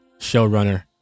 showrunner